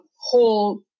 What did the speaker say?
whole